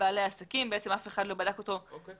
לבעלי העסקים כאשר בעצם אף אחד לא בדק אותו מלכתחילה.